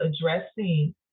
addressing